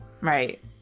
Right